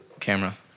Camera